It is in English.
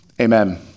Amen